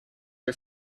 are